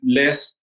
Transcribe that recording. less